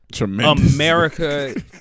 America